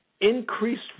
increased